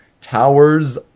towers